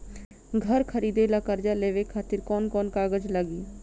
घर खरीदे ला कर्जा लेवे खातिर कौन कौन कागज लागी?